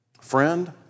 friend